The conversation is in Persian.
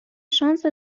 شانس